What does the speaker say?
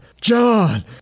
John